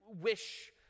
wish